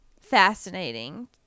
fascinating